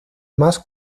más